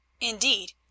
Indeed